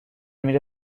میره